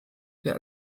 der